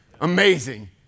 amazing